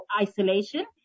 isolation